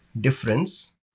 difference